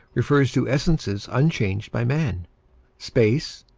refers to essences unchanged by man space,